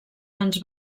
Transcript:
ens